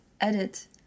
edit